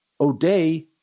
O'Day